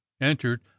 entered